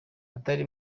batari